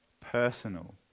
personal